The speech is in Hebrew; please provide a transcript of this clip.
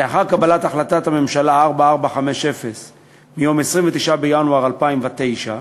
לאחר קבלת החלטת הממשלה 4450 מיום 29 בינואר 2009,